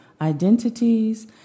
identities